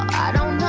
i